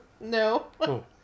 No